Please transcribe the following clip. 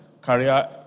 career